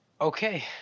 Okay